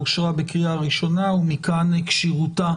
אושרה בקריאה ראשונה ומכאן כשירותה